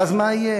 ואז מה יהיה?